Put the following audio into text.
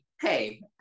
hey